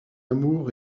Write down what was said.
amour